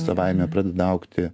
savaime pradeda augti